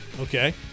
Okay